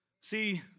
See